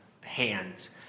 hands